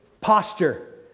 posture